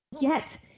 Yet-